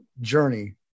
journey